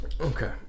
Okay